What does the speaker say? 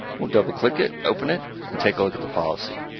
we'll double-click it, open it, and take a look at the policy.